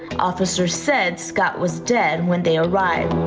officers said scott was dead when they arrived.